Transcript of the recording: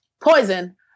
poison